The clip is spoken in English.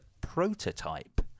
prototype